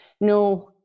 No